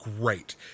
great